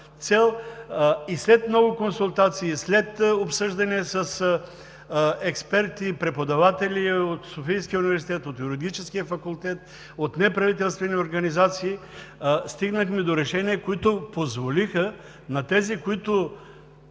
цел. След много консултации и след обсъждане с експерти, с преподаватели от Софийския университет – от Юридическия факултет, от неправителствени организации стигнахме до решения, които позволиха на близо